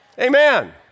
Amen